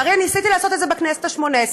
קארין, ניסיתי לעשות את זה בכנסת השמונה-עשרה,